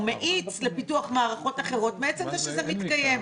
מאיץ לפיתוח מערכות אחרות מעצם זה שכלי השב"כ מתקיים.